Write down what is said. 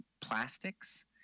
plastics